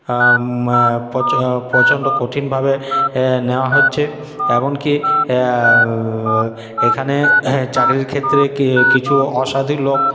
পো প্রচণ্ড কঠিনভাবে নেওয়া হচ্ছে এমনকি এখানে চাকরির ক্ষেত্রে কিছু অসাধু লোক